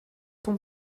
ton